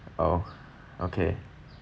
oh okay